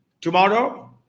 tomorrow